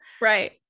right